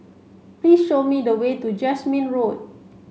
please show me the way to Jasmine Road